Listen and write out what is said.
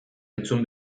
entzun